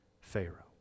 Pharaoh